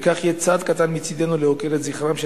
ובכך יהיה צעד קטן מצדנו להוקיר את זכרם של